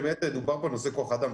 דובר פה על נושא כוח אדם.